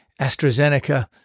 AstraZeneca